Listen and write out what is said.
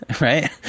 right